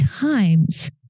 times